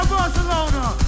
Barcelona